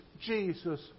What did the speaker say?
Jesus